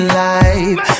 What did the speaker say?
life